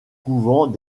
couvent